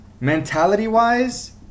mentality-wise